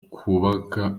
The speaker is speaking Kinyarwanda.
ukubaka